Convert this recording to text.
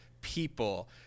people